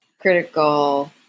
critical